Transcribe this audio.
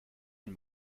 den